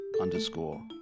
underscore